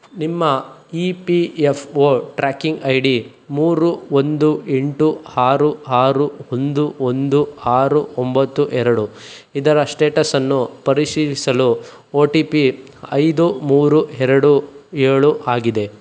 ನಿಮ್ಮ E P F O tracking I D ಮೂರು ಒಂದು ಎಂಟು ಆರು ಆರು ಒಂದು ಒಂದು ಆರು ಒಂಬತ್ತು ಎರಡು ಇದರ ಸ್ಟೇಟಸನ್ನು ಪರಿಶೀಲಿಸಲು ಒ ಟಿ ಪಿ ಐದು ಮೂರು ಎರಡು ಏಳು ಆಗಿದೆ